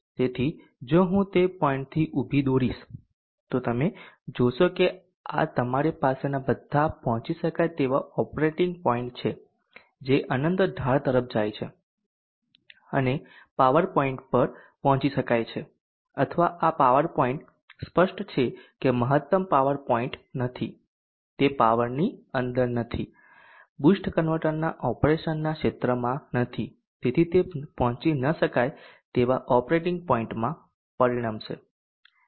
તેથી જો હું તે પોઈન્ટથી ઊભી દોરીશ તો તમે જોશો કે આ તમારી પાસેના બધા પહોંચી શકાય તેવા ઓપરેટિંગ પોઇન્ટ છે જે અનંત ઢાળ તરફ જાય છે અને પાવર પોઈન્ટ પર પહોંચી શકાય છે અથવા આ પાવર પોઇન્ટ સ્પષ્ટ છે કે મહત્તમ પાવર પોઇન્ટ નથી તે પાવરની અંદર નથી બૂસ્ટ કન્વર્ટરના ઓપરેશનના ક્ષેત્રમાં નથી તેથી તે પહોંચી ન શકાય તેવા ઓપરેટિંગ પોઇન્ટમાં પરિણમશે